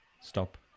stop